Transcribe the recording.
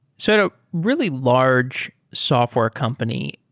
so at a really large software company,